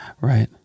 Right